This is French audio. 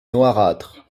noirâtre